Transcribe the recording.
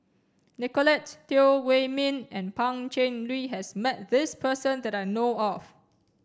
Nicolette Teo Wei min and Pan Cheng Lui has met this person that I know of